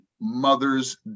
Mother's